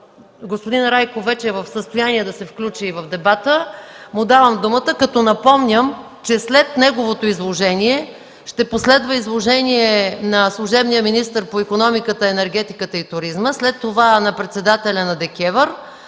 господин Райков вече е в състояние да се включи в дебата, му давам думата. Напомням, че след неговото изложение ще последва изложение на служебния министър на икономиката, енергетиката и туризма, след това на председателя на ДКЕВР,